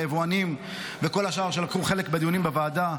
היבואנים ולכל השאר שלקחו חלק בדיונים בוועדה.